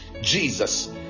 jesus